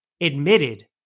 admitted